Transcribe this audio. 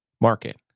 market